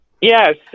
Yes